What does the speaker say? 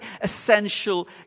essential